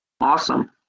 awesome